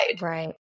Right